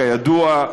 כידוע,